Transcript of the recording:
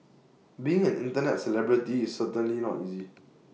being an Internet celebrity is certainly not easy